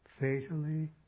fatally